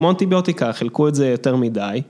כמו אנטיביוטיקה חילקו את זה יותר מדי